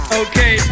okay